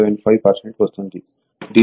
75 వస్తుంది